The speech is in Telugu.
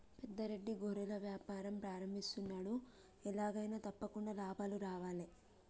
పెద్ద రెడ్డి గొర్రెల వ్యాపారం ప్రారంభిస్తున్నాడు, ఎలాగైనా తప్పకుండా లాభాలు రావాలే